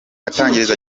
atangariza